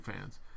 fans